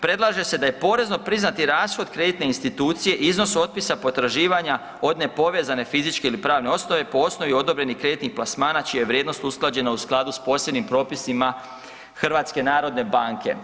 Predlaže se da je porezno priznati rashod kreditne institucije iznos otpisa potraživanja od nepovezane fizičke ili pravne osnove, po osnovi kreditnih plasmana čija je vrijednost usklađena u skladu s posebnim propisima HNB-a.